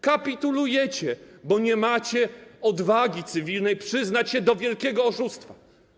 Kapitulujecie, bo nie macie odwagi cywilnej przyznać się do wielkiego oszustwa.